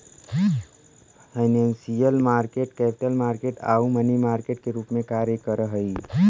financial market capital market आउ money market के रूप में कार्य करऽ हइ